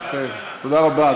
תודה רבה.